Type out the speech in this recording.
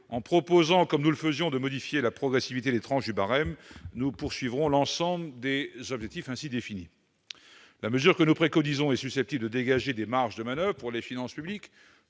En proposant, comme nous le faisons, de modifier la progressivité des tranches du barème, nous poursuivons l'ensemble des objectifs ainsi définis. La mesure que nous préconisons est susceptible de dégager des marges de manoeuvre pour les finances publiques,